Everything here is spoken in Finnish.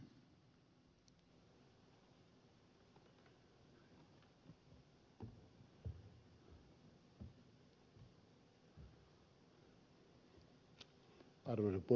arvoisa puhemies